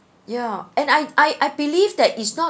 ya and I I I believe that it's not